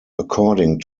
according